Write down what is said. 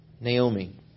Naomi